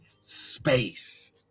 space